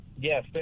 Yes